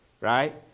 right